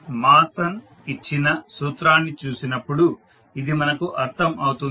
Mason ఇచ్చిన సూత్రాన్ని చూసినప్పుడు ఇది మనకు అర్థం అవుతుంది